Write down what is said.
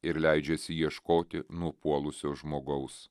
ir leidžiasi ieškoti nupuolusio žmogaus